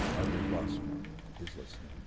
every blossom is listening.